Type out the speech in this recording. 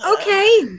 okay